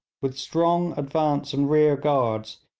with strong advance and rear-guards,